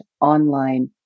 online